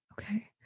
Okay